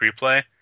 Replay